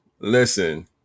Listen